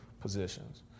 positions